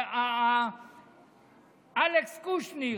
אלכס קושניר,